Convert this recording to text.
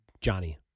Johnny